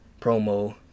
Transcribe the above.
promo